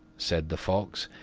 said the fox,